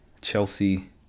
Chelsea